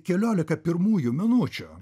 keliolika pirmųjų minučių